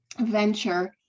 venture